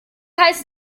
heißt